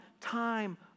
time